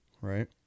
right